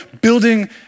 building